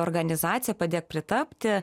organizaciją padėk pritapti